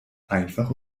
einfach